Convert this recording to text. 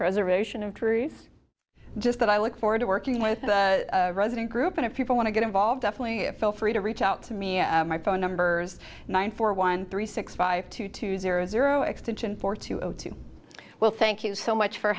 preservation of trees just that i look forward to working with resident group and if people want to get involved definitely feel free to reach out to me and my phone numbers nine four one three six five two two zero zero extension four two zero two well thank you so much for